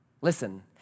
listen